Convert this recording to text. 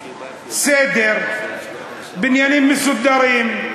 סדר, בניינים מסודרים,